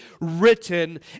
written